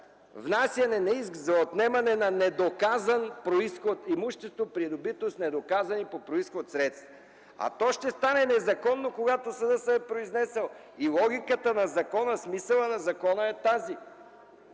внасяне на иск за отнемане на имущество, придобито с недоказани по произход средства. А то ще стане незаконно, когато съдът се е произнесъл. И логиката на закона, смисълът на закона са тези.